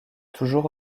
toujours